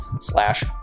slash